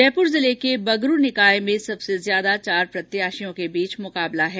जयपुर जिले के बगरू निकाय में सबसे ज्यादा चार प्रत्याशियों के बीच मुकाबला है